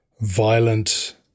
violent